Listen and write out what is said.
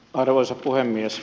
arvoisa puhemies